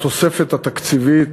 התוספת התקציבית,